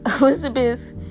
Elizabeth